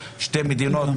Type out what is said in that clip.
שתי מדינות,